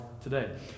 today